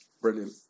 Brilliant